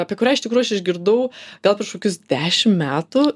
apie kurią iš tikrųjų aš išgirdau gal prieš kokius dešim metų